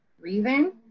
reason